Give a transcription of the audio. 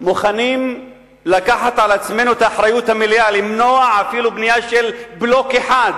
מוכנים לקחת על עצמנו את האחריות המלאה למנוע אפילו בנייה של בלוק אחד